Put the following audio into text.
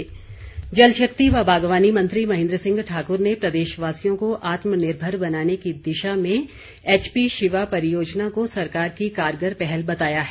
महेन्द्र सिंह जलशक्ति व बागवानी मंत्री महेन्द्र सिंह ठाक्र ने प्रदेशवासियों को आत्मनिर्भर बनाने की दिशा में एचपी शिवा परियोजना को सरकार की कारगर पहल बताया है